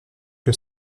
que